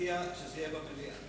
להציע שזה יהיה במליאה.